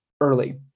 early